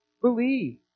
believe